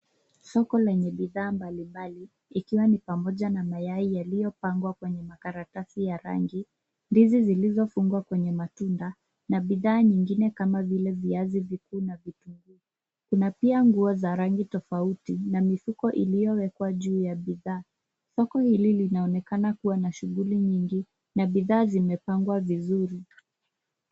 Soko lenye bidhaa mbalimbali ikiwa ni pamoja na mayai yaliyopangwa kwenye makaratasi ya rangi, ndizi zilizofungwa kwenye matunda na bidhaa nyingine kama vile viazi vikuu na vitunguu. Kuna pia nguo za rangi tofauti na mifuko iliyowekwa juu ya bidhaa. Soko hili linaonekana kuwa na shughuli nyingi na bidhaa zimepangwa vizuri.